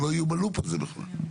שלא יהיו ב"לופ" הזה בכלל.